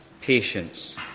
patience